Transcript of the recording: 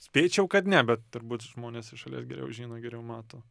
spėčiau kad ne bet turbūt žmonės iš šalies geriau žino geriau mato